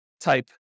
type